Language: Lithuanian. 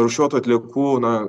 rūšiuotų atliekų na